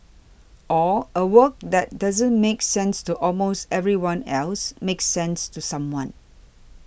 or a work that doesn't make sense to almost everyone else makes sense to someone